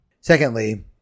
Secondly